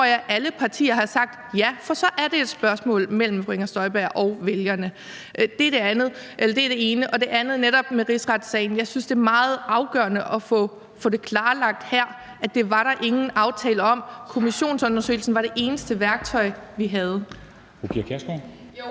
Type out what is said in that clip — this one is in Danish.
Det tror jeg alle partier har sagt ja til, for så er det et spørgsmål mellem fru Inger Støjberg og vælgerne. Det er det ene. Det andet er netop spørgsmålet om rigsretssagen. Jeg synes, det er meget afgørende at få klarlagt her, at det var der ingen aftale om. Kommissionsundersøgelsen var det eneste værktøj, vi havde.